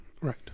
Right